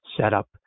setup